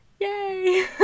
Yay